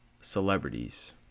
celebrities